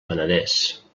penedès